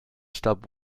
stub